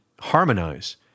harmonize